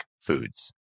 foods